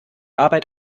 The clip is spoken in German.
arbeit